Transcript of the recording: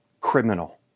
criminal